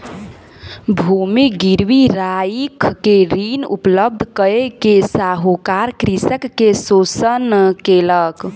भूमि गिरवी राइख के ऋण उपलब्ध कय के साहूकार कृषक के शोषण केलक